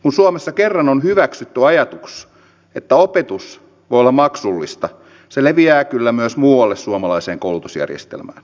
kun suomessa kerran on hyväksytty ajatus että opetus voi olla maksullista se leviää kyllä myös muualle suomalaiseen koulutusjärjestelmään